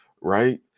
right